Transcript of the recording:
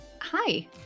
Hi